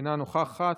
אינה נוכחת.